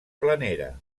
planera